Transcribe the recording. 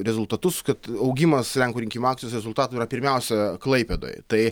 rezultatus kad augimas lenkų rinkimų akcijos rezultatų yra pirmiausia klaipėdoj tai